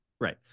Right